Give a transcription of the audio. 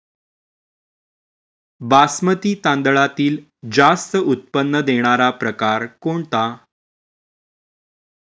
बासमती तांदळातील जास्त उत्पन्न देणारा प्रकार कोणता?